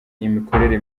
imikorere